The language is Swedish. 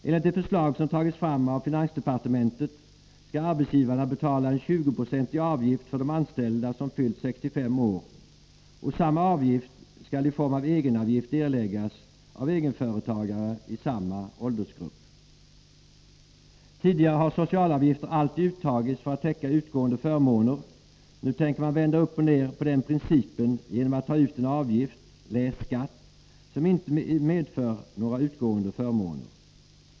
Enligt det förslag som tagits fram av finansdepartementet skall arbetsgivarna betala en 20-procentig avgift för de anställda som fyllt 65 år, och samma avgift skall i form av egenavgift erläggas av egenföretagare i samma åldersgrupp. Tidigare har socialavgifter alltid uttagits för att täcka utgående förmåner. Nu tänker man vända upp och ner på den principen genom att ta ut en avgift — läs skatt — som inte medför några utgående förmåner.